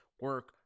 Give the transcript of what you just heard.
Work